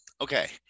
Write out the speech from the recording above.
Okay